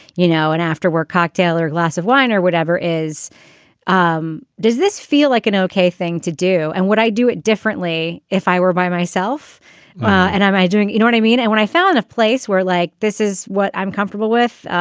you know, an after work cocktail or glass of wine or whatever is um does this feel like an okay thing to do? and what i do it differently if i were by myself and am i doing you know what i mean? and when i found a place where like this is what i'm comfortable with,